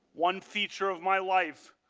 one feature of my life,